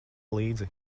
līdzi